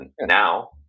now